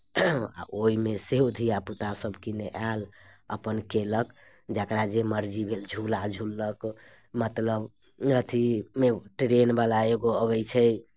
आ ओहिमे सेहो धियापुता किने आयल अपन कयलक जकरा जे मर्जी भेल झूला झुललक मतलब अथि ओ ट्रेनवला एगो अबैत छै